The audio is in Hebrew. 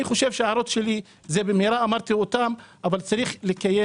אני חושב שההערות שלי זה במהרה אמרתי אותן אבל יש לקיים